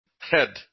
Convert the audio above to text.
head